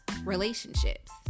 Relationships